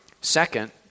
Second